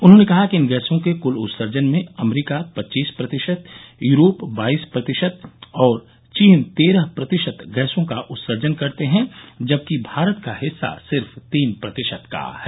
उन्होंने कहा कि इन गैसों के क्ल उत्सर्जन में अमरीका पच्चीस प्रतिशत यूरोप बाईस प्रतिशत और चीन तेरह प्रतिशत गैसों का उत्सर्जन करते है जबकि भारत का हिस्सा सिर्फ तीन प्रतिशत का है